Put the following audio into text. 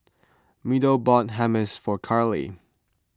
Meadow bought Hummus for Carly